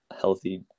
healthy